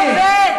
המשפט הבין-לאומי,